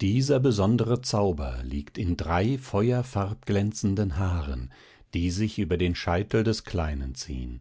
dieser sonderbare zauber liegt in drei feuerfarbglänzenden haaren die sich über den scheitel des kleinen ziehen